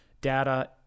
data